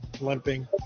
limping